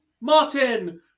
Martin